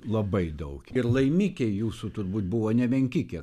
labai daug ir laimikiai jūsų turbūt buvo nemenki kiek